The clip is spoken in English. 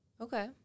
Okay